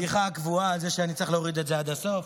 הבדיחה הקבועה היא שאני צריך להוריד את זה עד הסוף.